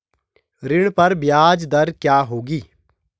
ऋण पर ब्याज दर क्या होगी?